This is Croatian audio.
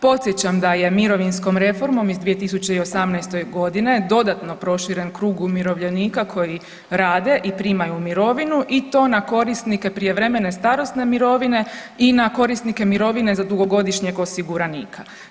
Podsjećam da je mirovinskom reformom iz 2018. godine dodatno proširen krug umirovljenika koji rade i primaju mirovinu i to na korisnike prijevremene starosne mirovine i na korisnike mirovine za dugogodišnjeg osiguranika.